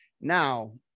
Now